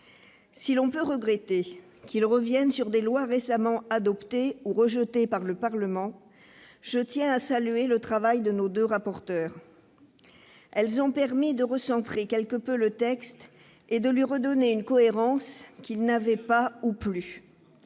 Si l'on peut regretter que ce texte revienne sur des lois récemment adoptées ou rejetées par le Parlement, je tiens à saluer le travail de nos deux rapporteurs. Il a permis de recentrer quelque peu le texte et de lui redonner une cohérence qu'il n'avait pas ou plus.